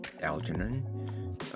Algernon